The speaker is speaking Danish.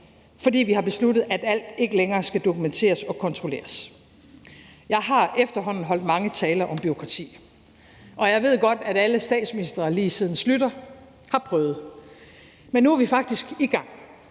fordi vi har besluttet, at alt ikke længere skal dokumenteres og kontrolleres. Jeg har efterhånden holdt mange taler om bureaukrati, og jeg ved godt, at alle statsministre lige siden Poul Schlüterhar prøvet at gøre noget ved det.